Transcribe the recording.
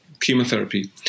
chemotherapy